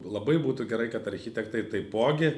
labai būtų gerai kad architektai taipogi